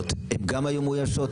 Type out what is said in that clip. שהוא אגף ייעוצי,